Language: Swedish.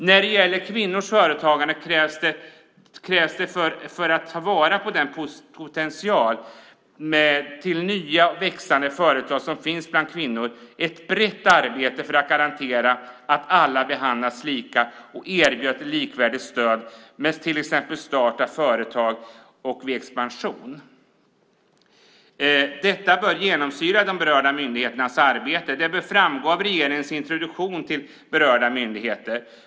När det gäller kvinnors företagande krävs det - för att ta vara på den potential till nya och växande företag som finns bland kvinnor - ett brett arbete för att garantera att alla behandlas lika och erbjuds likvärdigt stöd vid till exempel start av företag och vid expansion. Detta bör genomsyra de berörda myndigheternas arbete. Det bör framgå av regeringens introduktion till berörda myndigheter.